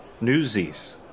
Newsies